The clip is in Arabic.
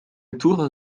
ترى